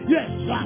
Yes